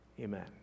Amen